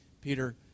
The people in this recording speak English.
Peter